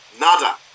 nada